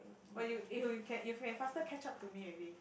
!wah! you if you can if you can faster catch up to me already